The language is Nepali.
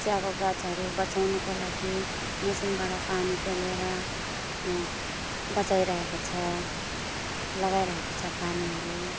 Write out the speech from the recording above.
चियाको गाछहरू बचाउनुको लागि मेसिनबाट पानी पेलेर बचाइरहेको छ लगाइरहेको छ पानीहरू